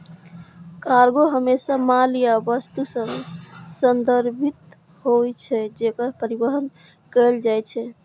cargo हमेशा माल या वस्तु सं संदर्भित होइ छै, जेकर परिवहन कैल जाइ छै